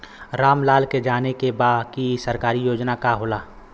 राम लाल के जाने के बा की सरकारी योजना का होला?